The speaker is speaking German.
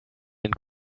den